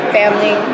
family